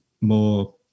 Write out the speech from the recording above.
more